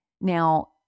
Now